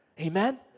Amen